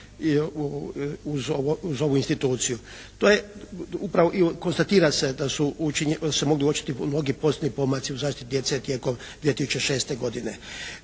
uz ovu instituciju. To je upravo i konstatira se da se mogu uočiti mnogi pozitivni pomaci u zaštiti djece tijekom 2006. godine.